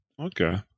Okay